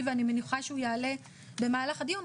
ואני מניחה שהוא יעלה במהלך הדיון,